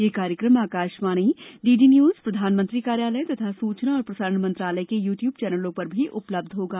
यह कार्यक्रम Akashvani DD news प्रधानमंत्री कार्यालय तथा सूचना और प्रसारण मंत्रालय के यू ट्यूब चैनलों पर भी उपलब्ध होगा